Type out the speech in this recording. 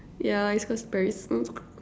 yeah is cause Paris